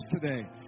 today